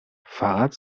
فقط